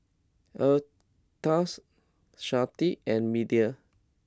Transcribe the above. Erastus Sharde and Media